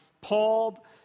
Paul